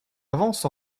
avance